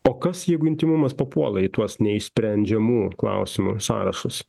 o kas jeigu intymumas papuola į tuos neišsprendžiamų klausimų sąrašus